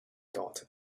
daughter